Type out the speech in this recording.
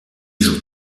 joue